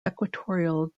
equatorial